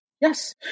yes